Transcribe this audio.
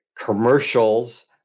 commercials